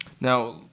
Now